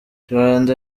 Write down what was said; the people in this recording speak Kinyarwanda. rwanda